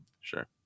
sure